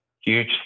huge